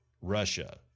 Russia